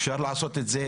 אפשר לעשות את זה,